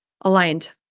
aligned